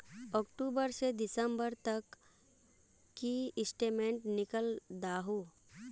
अक्टूबर से दिसंबर तक की स्टेटमेंट निकल दाहू?